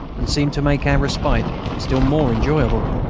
and seemed to make our respite still more enjoyable.